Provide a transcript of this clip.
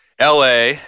LA